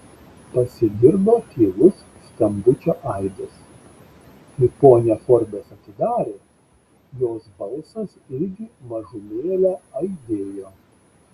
pasigirdo tylus skambučio aidas kai ponia forbes atidarė jos balsas irgi mažumėlę aidėjo